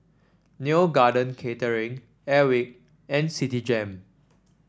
Neo Garden Catering Airwick and Citigem